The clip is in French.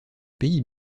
pays